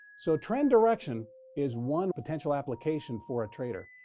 so trend direction is one potential application for a trader.